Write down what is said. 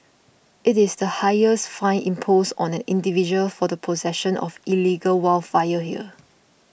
it is the highest fine imposed on an individual for the possession of illegal wildfire here